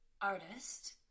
artist